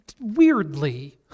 weirdly